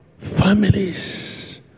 families